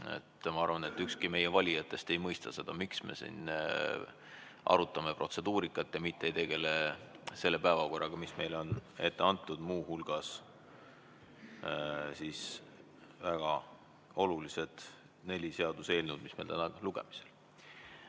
Ma arvan, et ükski meie valijatest ei mõista seda, miks me siin arutame protseduurikat, mitte ei tegele selle päevakorraga, mis meile on ette antud, kus muu hulgas on väga olulised neli seaduseelnõu, mis meil täna lugemisel